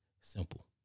Simple